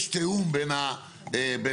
יש תיאום בין קק"ל,